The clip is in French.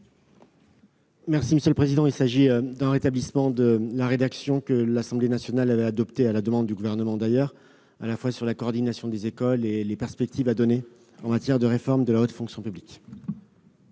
secrétaire d'État. Il s'agit de rétablir la rédaction que l'Assemblée nationale avait adoptée, à la demande du Gouvernement, s'agissant à la fois de la coordination des écoles et des perspectives à ouvrir en matière de réforme de la haute fonction publique.